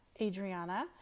Adriana